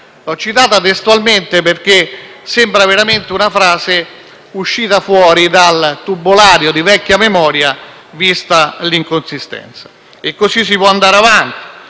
Ho citato testualmente, perché sembrano veramente frasi uscite fuori dal tubolario di vecchia memoria, vista l'inconsistenza. E così si può andare avanti: